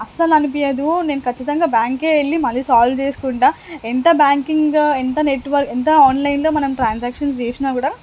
అస్సలనిపియ్యదు నేను ఖచ్చితంగా బ్యాంకే వ్ర్ళ్ళి మళ్ళీ సాల్వ్ చేసుకుంటా ఎంత బ్యాంకింగు ఎంత నెట్వర్క్ ఎంత ఆన్లైన్లో మనం ట్రాన్సాక్షన్ చేసినా కూడా